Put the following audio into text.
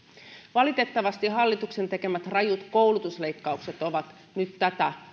valitettavasti hallituksen tekemät rajut koulutusleikkaukset ovat nyt tätä